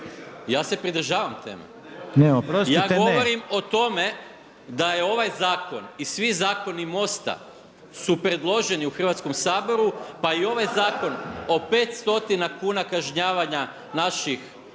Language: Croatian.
Ne, oprostite ne./… Ja govorim o tome da je ovaj zakon i svi zakoni MOST-a su predloženi u Hrvatskom pa i ovaj zakon o 5 stotina kuna kažnjavanja naših